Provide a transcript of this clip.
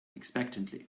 expectantly